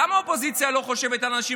למה האופוזיציה לא חושבת על האנשים,